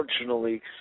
unfortunately